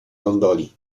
gondoli